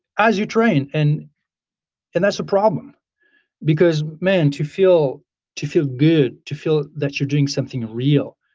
as you train and and that's a problem because, man, to feel to feel good, to feel that you're doing something real,